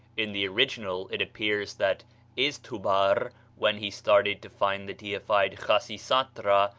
in the original it appears that izdhubar, when he started to find the deified khasisatra,